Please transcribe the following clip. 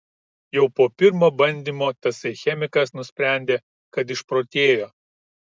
jau po pirmo bandymo tasai chemikas nusprendė kad išprotėjo